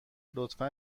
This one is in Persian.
لطفا